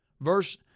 Verse